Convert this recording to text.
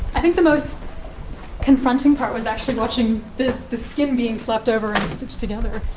i think the most confronting part was actually watching the the skin being flapped over and stitched together.